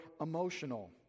emotional